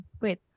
wait